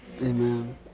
Amen